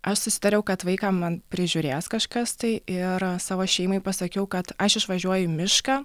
aš susitariau kad vaiką man prižiūrės kažkas tai ir savo šeimai pasakiau kad aš išvažiuoju į mišką